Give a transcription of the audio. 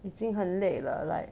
已经很累了 like